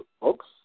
folks